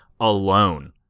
alone